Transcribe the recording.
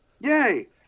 Yay